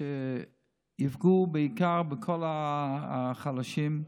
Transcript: שיפגעו בעיקר בכל החלשים.